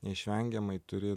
neišvengiamai turi